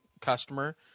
customer